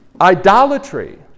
Idolatry